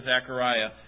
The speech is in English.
Zechariah